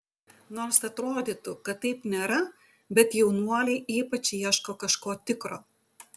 nors atrodytų kad taip nėra bet jaunuoliai ypač ieško kažko tikro